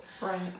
Right